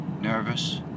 nervous